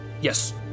Yes